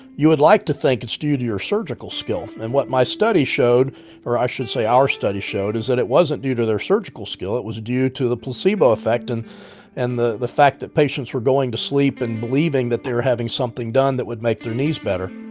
you would like to think it's due to your surgical skill. and what my study showed or i should say our study showed is that it wasn't due to their surgical skill. it was due to the placebo effect and and the the fact that patients were going to sleep and believing that they were having something done that would make their knees better